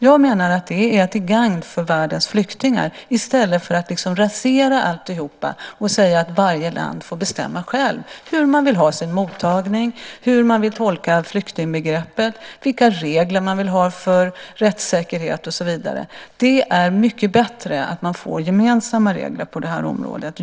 Jag menar att det är till gagn för världens flyktingar i stället för att rasera alltihop och säga att varje land får bestämma själv hur man vill ha sin mottagning, hur man vill tolka flyktingbegreppet, vilka regler man vill ha för rättssäkerhet och så vidare. Det är mycket bättre att man får gemensamma regler på det här området.